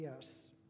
yes